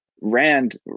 Rand